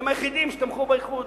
הם היחידים שתמכו באיחוד.